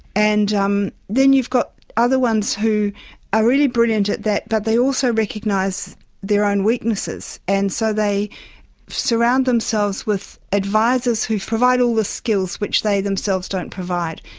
and um then you've got other ones who are really brilliant at that but they also recognise their own weaknesses, and so they surround themselves with advisers who provide all the skills which they themselves don't provide.